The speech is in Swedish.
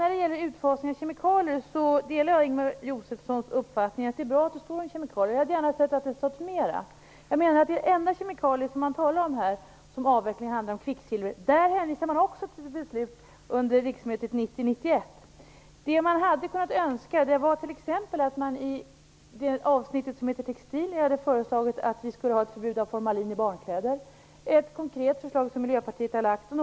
När det gäller utfasningen av kemikalier delar jag Ingemar Josefssons uppfattning att det är bra att det står om kemikalier. Jag hade gärna sett att det hade stått mera. Den enda kemikalie som man talar om här när det handlar om avveckling är kvicksilver. Här hänvisar man också till beslut under riksmötet 1990/91. Vad man hade kunnat önska är att det t.ex. i avsnittet som heter Textilier hade föreslagits ett förbud mot formalin i barnkläder - ett konkret förslag som Miljöpartiet har lagt fram.